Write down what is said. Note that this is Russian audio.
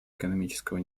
экономического